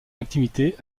activité